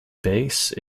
base